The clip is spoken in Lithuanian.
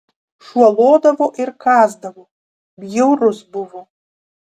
šuo lodavo ir kąsdavo bjaurus buvo